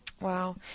Wow